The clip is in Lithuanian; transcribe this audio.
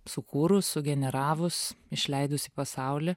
sukūrus sugeneravus išleidus į pasaulį